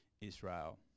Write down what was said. Israel